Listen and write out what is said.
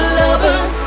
lovers